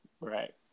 Right